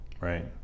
right